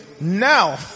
now